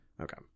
Okay